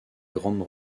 grande